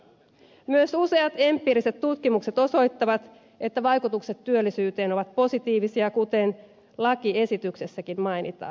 myös useat empiiriset tutkimukset osoittavat että vaikutukset työllisyyteen ovat positiivisia kuten lakiesityksessäkin mainitaan